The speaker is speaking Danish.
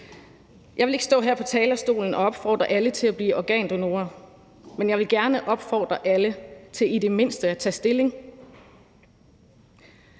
Jeg vil ikke stå her på talerstolen og opfordre alle til at blive organdonorer, men jeg vil gerne opfordre alle til i det mindste at tage stilling.